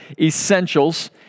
Essentials